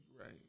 right